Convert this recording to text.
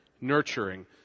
nurturing